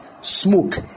Smoke